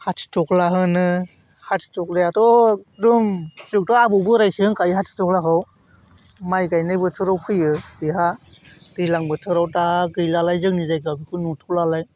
हाथिथख्ला होनो हाथिथख्लायाथ' एखदम जोंथ' आबौ बोराइसो होनखायो हाथिथख्लाखौ माइ गायनाय बोथोराव फैयो बेहा दैज्लां बोथोराव दा गैलालाय जोंनि जायगायाव बेखौ नुथ'लालाय